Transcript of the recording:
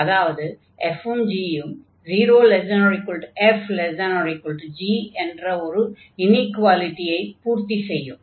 அதாவது f உம் g உம் 0≤f≤g என்ற ஒரு இனீக்வாலிடியை பூர்த்தி செய்யும்